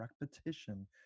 repetition